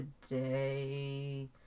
today